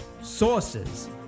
Sources